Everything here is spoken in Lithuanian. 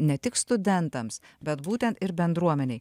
ne tik studentams bet būtent ir bendruomenei